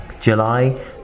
July